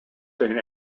saint